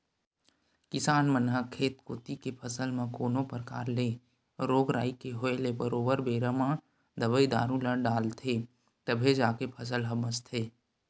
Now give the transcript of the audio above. किसान मन ह खेत कोती के फसल म कोनो परकार ले रोग राई के होय ले बरोबर बेरा म दवई दारू ल डालथे तभे जाके फसल ह बचथे